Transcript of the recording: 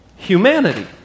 humanity